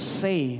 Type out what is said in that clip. say